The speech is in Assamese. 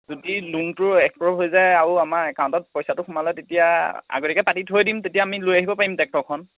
যদি লোনটো এপ্ৰ'ভ হৈ যায় আৰু আমাৰ একাউণ্টত পইচাটো সোমালে তেতিয়া আগতীয়াকৈ থৈ দিম তেতিয়া আমি লৈ আহিব পাৰিম টেক্টৰখন